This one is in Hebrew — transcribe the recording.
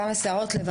מה החסם?